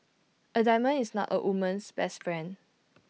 A diamond is not A woman's best friend